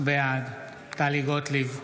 בעד טלי גוטליב,